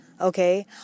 Okay